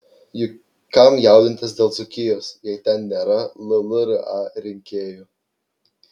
juk kam jaudintis dėl dzūkijos jei ten nėra llra rinkėjų